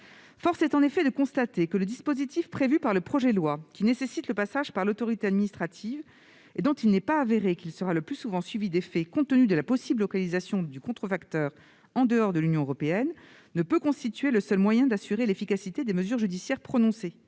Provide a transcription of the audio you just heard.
Force est en effet de constater que le dispositif prévu par le projet de loi, qui nécessite le passage par l'autorité administrative et dont il n'est pas avéré qu'il sera le plus souvent suivi d'effet compte tenu de la possible localisation du contrefacteur en dehors de l'Union européenne, ne peut constituer le seul moyen d'assurer l'efficacité des mesures judiciaires prononcées.